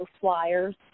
flyers